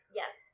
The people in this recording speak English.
yes